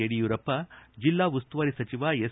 ಯಡಿಯೂರಪ್ಪ ಜಿಲ್ಲಾ ಉಸ್ತುವಾರಿ ಸಚಿವ ಎಸ್